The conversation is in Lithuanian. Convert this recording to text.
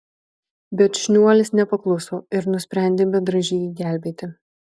bet šniuolis nepakluso ir nusprendė bendražygį gelbėti